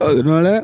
அதனால